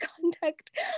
contact